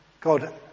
God